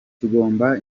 tugomba